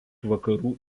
vakarų